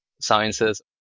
sciences